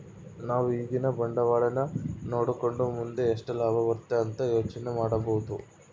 ನಾವು ಈಗಿನ ಬಂಡವಾಳನ ನೋಡಕಂಡು ಮುಂದೆ ಎಷ್ಟು ಲಾಭ ಬರುತೆ ಅಂತ ಯೋಚನೆ ಮಾಡಬೋದು